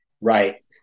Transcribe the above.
Right